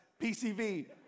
PCV